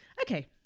Okay